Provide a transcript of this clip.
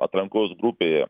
atrankos grupėje